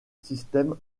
système